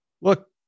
look